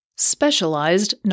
Specialized